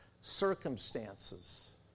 circumstances